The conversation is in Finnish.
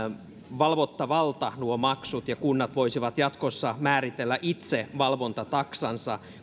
valvottavalta nuo maksut ja kunnat voisivat jatkossa määritellä itse valvontataksansa